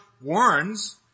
warns